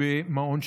במעון שיקומי.